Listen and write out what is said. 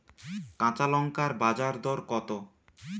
কাঁচা লঙ্কার বাজার দর কত?